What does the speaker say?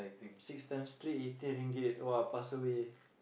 six times three eighteen Ringgit !wah! pass away